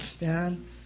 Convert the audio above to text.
man